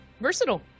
Versatile